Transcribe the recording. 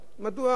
יש הרבה סיבות,